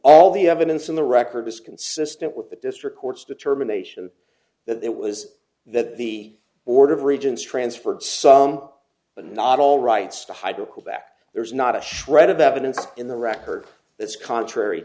all the evidence in the record is consistent with the district court's determination that it was that the order of regents transferred some but not all rights to hyde nickelback there is not a shred of evidence in the record that's contrary